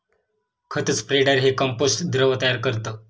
खत स्प्रेडर हे कंपोस्ट द्रव तयार करतं